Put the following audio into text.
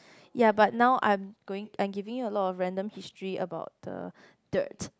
ya but now I'm going I am giving you a lot of random history about the dirt